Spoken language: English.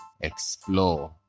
explore